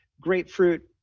grapefruit